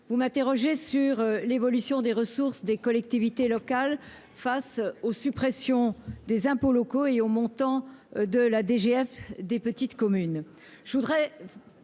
vous m'interrogez sur l'évolution des ressources des collectivités locales face aux suppressions des impôts locaux et au montant de la DGF des petites communes,